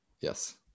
Yes